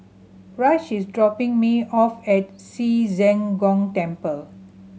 Rush is dropping me off at Ci Zheng Gong Temple